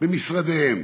במשרדיהם